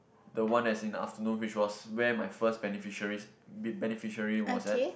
the one as in the afternoon which was where my first beneficiaries be~ beneficiary was at